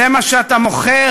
זה מה שאתה מוכר.